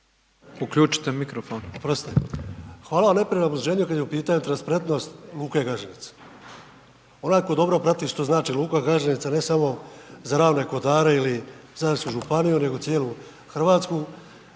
…/nerazumljivo/… kad je u pitanju transparentnost luke Gaženica, onaj tko dobro prati što znači luka Gaženica ne samo za Ravne kotare ili Zadarsku županiju nego cijelu Hrvatsku